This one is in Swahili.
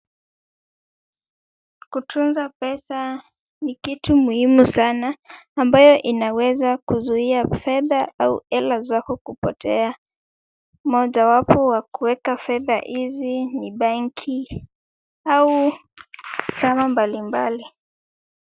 Kutunza pesa ni kitu muhimu sana, ambayo inaweza kuzuia fedha au hela zako kupotea. Mojawapo wa kueka fedha hizi ni benki au chama mbalimbali.